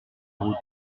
route